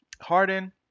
Harden